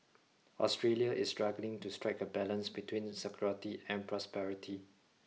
Australia is struggling to strike a balance between security and prosperity